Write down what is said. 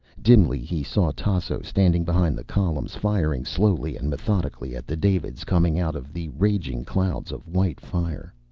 dimly he saw tasso standing behind the columns, firing slowly and methodically at the davids coming out of the raging clouds of white fire.